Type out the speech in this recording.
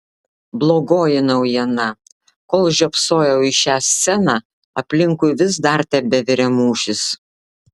blogoji naujiena kol žiopsojau į šią sceną aplinkui vis dar tebevirė mūšis